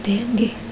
તે અંગે